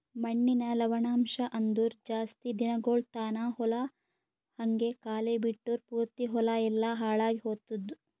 ಮಣ್ಣಿನ ಲವಣಾಂಶ ಅಂದುರ್ ಜಾಸ್ತಿ ದಿನಗೊಳ್ ತಾನ ಹೊಲ ಹಂಗೆ ಖಾಲಿ ಬಿಟ್ಟುರ್ ಪೂರ್ತಿ ಹೊಲ ಎಲ್ಲಾ ಹಾಳಾಗಿ ಹೊತ್ತುದ್